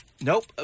Nope